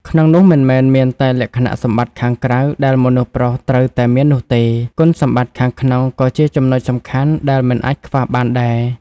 ក្នុងនោះ មិនមែនមានតែលក្ខណៈសម្បត្តិខាងក្រៅដែលមនុស្សប្រុសត្រូវតែមាននោះទេ គុណសម្បត្តិខាងក្នុងក៏ជាចំណុចសំខាន់ដែលមិនអាចខ្វះបានដែរ។